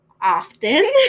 often